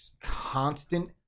constant